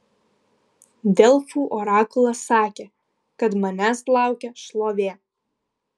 delfų orakulas sakė kad manęs laukia šlovė